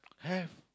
have